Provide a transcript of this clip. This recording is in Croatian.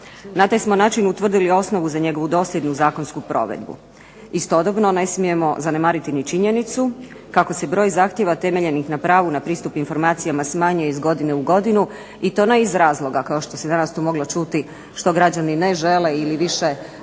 Na taj smo način utvrdili osnovu za njegovu dosljednu zakonsku provedbu. Istodobno ne smijemo zanemariti ni činjenicu kako se broj zahtjeva temeljenih na pravu na pristup informacijama smanjuje iz godine u godinu i to ne iz razloga kao što se to danas moglo čuti što građani ne žele ili više nemaju